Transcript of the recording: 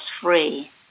free